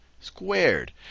squared